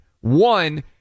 One